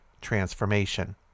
transformation